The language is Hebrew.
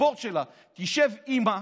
ב-board שלה תשב אימא,